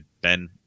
ben